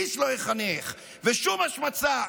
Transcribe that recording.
איש לא יחנך, ושום השמצה,